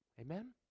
Amen